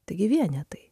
taigi vienetai